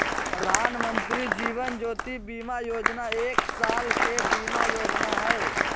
प्रधानमंत्री जीवन ज्योति बीमा योजना एक साल के बीमा योजना हइ